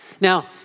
Now